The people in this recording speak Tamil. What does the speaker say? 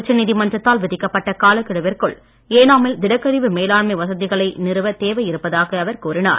உச்சநீதிமன்றத்தால் விதிக்கப்பட்ட காலக் கெடுவிற்குள் ஏனாமில் திடக்கழிவு மேலாண்மை வசதிகளை நிறுவத் தேவையிருப்பதாக அவர் கூறினார்